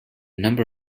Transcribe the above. number